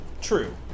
True